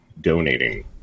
donating